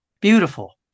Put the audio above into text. beautiful